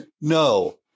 no